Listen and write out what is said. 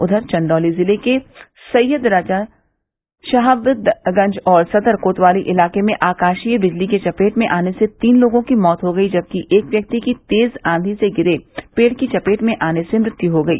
उधर चन्दौली जिले के सैय्यदराजा शहाबगंज और सदर कोतवाली इलाके में आकाशीय बिजली के चपेट में आने से तीन लोगों की मैत हो गई जबकि एक व्यक्ति की तेज आंधी से गिरे पेड़ की चपेट में आने से मृत्य हो गई